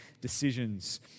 decisions